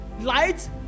light